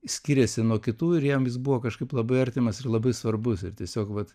skyrėsi nuo kitų ir jam jis buvo kažkaip labai artimas ir labai svarbus ir tiesiog vat